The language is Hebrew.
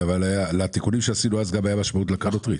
אבל לתיקונים שעשינו אז הייתה משמעות עבור קרנות הריט.